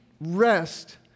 rest